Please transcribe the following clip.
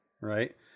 Right